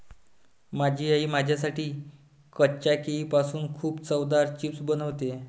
माझी आई माझ्यासाठी कच्च्या केळीपासून खूप चवदार चिप्स बनवते